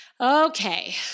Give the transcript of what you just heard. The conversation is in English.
Okay